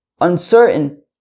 uncertain